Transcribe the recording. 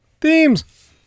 Themes